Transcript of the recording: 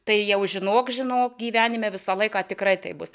tai jau žinok žinok gyvenime visą laiką tikrai taip bus